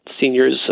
seniors